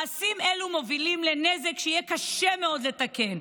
מעשים אלה מובילים לנזק שיהיה קשה מאוד לתקן.